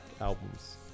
albums